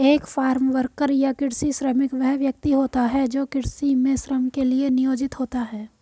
एक farm worker या कृषि श्रमिक वह व्यक्ति होता है जो कृषि में श्रम के लिए नियोजित होता है